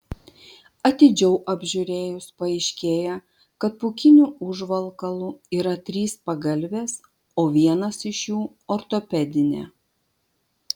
atidžiau apžiūrėjus paaiškėja kad pūkiniu užvalkalu yra trys pagalvės o vienas iš jų ortopedinė